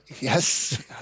Yes